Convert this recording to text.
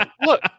Look